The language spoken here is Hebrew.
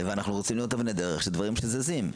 אנחנו רוצים לראות אבני דרך, שדברים זזים.